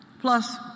Plus